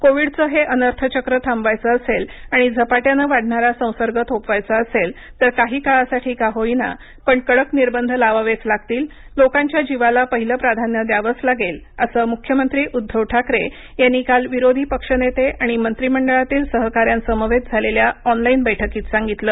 कोविडचं हे अनर्थचक्र थांबवायचं असेल आणि झपाट्याने वाढणारा संसर्ग थोपवायचा असेल तर काही काळासाठी का होईना पण कडक निर्बंध लावावेच लागतील लोकांच्या जीवाला पहिलं प्राधान्य द्यावंच लागेल असं मुख्यमंत्री उद्धव ठाकरे यांनी काल विरोधी पक्षनेते आणि मंत्रिमंडळातील सहकाऱ्यांसमवेत झालेल्या ऑनलाईन बैठकीत सांगितलं